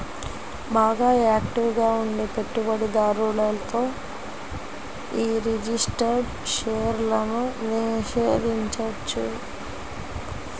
బాగా యాక్టివ్ గా ఉండే పెట్టుబడిదారులతో యీ రిజిస్టర్డ్ షేర్లను నిషేధించొచ్చు